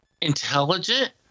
intelligent